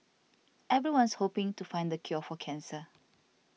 everyone's hoping to find the cure for cancer